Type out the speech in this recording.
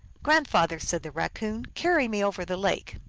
grandfather, said the raccoon, carry me over the lake.